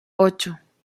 ocho